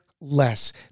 less